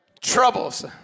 troubles